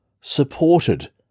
supported